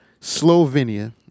Slovenia